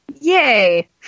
yay